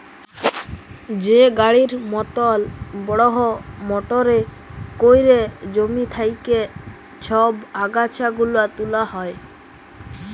যে গাড়ির মতল বড়হ মটরে ক্যইরে জমি থ্যাইকে ছব আগাছা গুলা তুলা হ্যয়